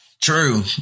True